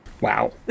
Wow